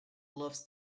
loves